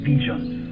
visions